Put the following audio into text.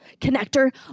connector